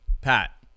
Pat